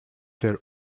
their